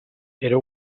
era